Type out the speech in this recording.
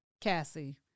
Cassie